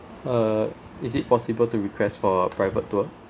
uh is it possible to request for a private tour